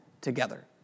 together